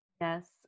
yes